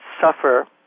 suffer